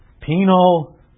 Penal